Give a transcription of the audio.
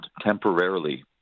temporarily